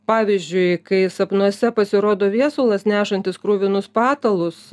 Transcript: pavyzdžiui kai sapnuose pasirodo viesulas nešantis kruvinus patalus